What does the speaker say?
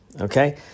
okay